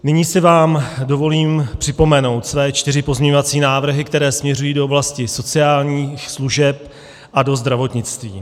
Nyní si vám dovolím připomenout své čtyři pozměňovací návrhy, které směřují do oblasti sociálních služeb a do zdravotnictví.